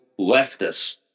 leftists